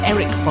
Eric